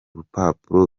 rupapuro